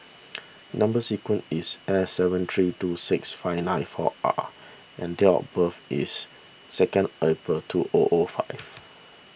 Number Sequence is S seven three two six five nine four R and date of birth is second April two O O five